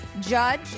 judge